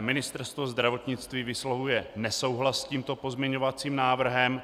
Ministerstvo zdravotnictví vyslovuje nesouhlas s tímto pozměňovacím návrhem.